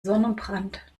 sonnenbrand